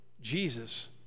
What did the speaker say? Jesus